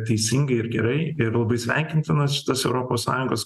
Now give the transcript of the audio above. teisingai ir gerai ir labai sveikintinas šitas europos sąjungos